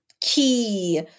key